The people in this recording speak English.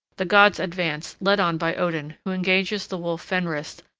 the gods advance, led on by odin, who engages the wolf fenris,